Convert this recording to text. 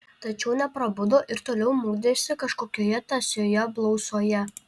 tačiau neprabudo ir toliau murkdėsi kažkokioje tąsioje blausoje